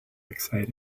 excited